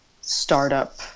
startup